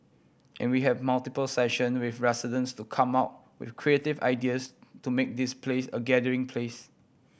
and we have multiple session with residents to come up with creative ideas to make this place a gathering place